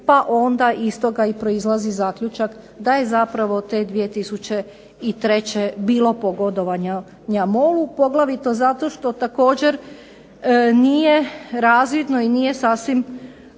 pa onda iz toga i proizlazi zaključak da je zapravo te 2003. bilo pogodovanja MOL-u, poglavito zato što također nije razvidno i nije sasvim